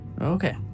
Okay